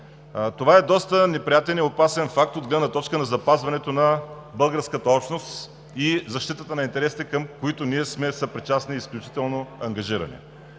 Това е доста неприятен и опасен факт от гледна точка на запазването на българската общност и защитата на интересите, към които ние сме съпричастни и изключително ангажирани.